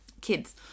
Kids